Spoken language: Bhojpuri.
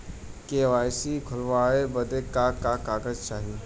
के.वाइ.सी खोलवावे बदे का का कागज चाही?